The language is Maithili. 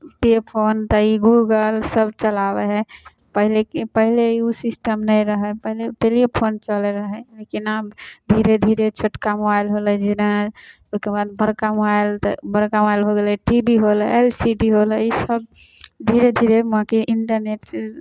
पे फोन तऽ ई गूगल सब चलाबै हइ पहिलेके पहिले ओ सिस्टम नहि रहै पहिले टेलिएफोन चलै रहै कोना धीरे धीरे छोटका मोबाइल भेलै जेना ओहिके बाद बड़का मोबाइल तऽ बड़का मोबाइल हो गेलै टी वी हो गेलै एल सी डी हो गेलै ईसब धीरे धीरे बाँकी इन्टरनेट